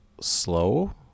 slow